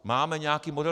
Máme nějaký model?